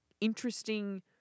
interesting